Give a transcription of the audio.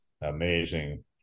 amazing